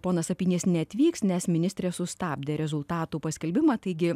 ponas apynis neatvyks nes ministrė sustabdė rezultatų paskelbimą taigi